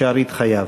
בשארית חייו.